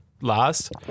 last